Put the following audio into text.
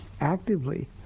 actively